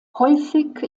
häufig